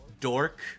dork